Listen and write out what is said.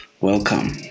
welcome